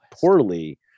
poorly